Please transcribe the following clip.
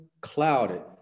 clouded